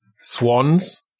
Swans